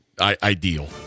ideal